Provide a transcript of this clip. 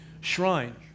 shrine